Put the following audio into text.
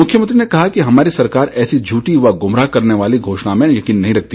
मुख्यमंत्री ने कहा कि हमारी सरकार ऐसी झूठी व गुमराह करने वाली घोषणा में यकीन नहीं रखती